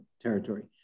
territory